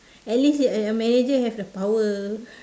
at least a manager have the power